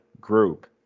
group